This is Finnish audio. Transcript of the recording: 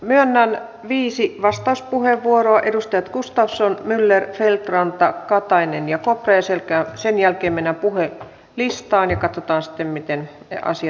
myönnän viisi vastauspuheenvuoroa edustajille gustafsson myller feldt ranta katainen ja kopra ja sen jälkeen mennään puhelistaan ja katsotaan sitten miten asiat etenevät